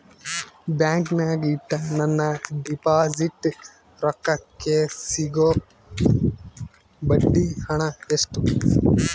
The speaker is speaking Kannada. ಬ್ಯಾಂಕಿನಾಗ ಇಟ್ಟ ನನ್ನ ಡಿಪಾಸಿಟ್ ರೊಕ್ಕಕ್ಕೆ ಸಿಗೋ ಬಡ್ಡಿ ಹಣ ಎಷ್ಟು?